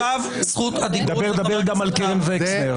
הזכרת לחברי הליכוד.